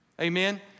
amen